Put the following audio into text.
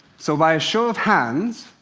so by a show of hands,